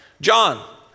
John